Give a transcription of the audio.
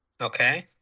Okay